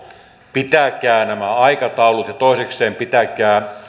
pitäkää nämä aikataulut ja toisekseen pitäkää